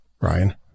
Ryan